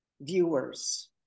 viewers